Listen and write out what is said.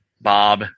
Bob